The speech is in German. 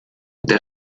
der